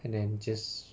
and then just